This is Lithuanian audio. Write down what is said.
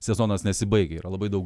sezonas nesibaigia yra labai daug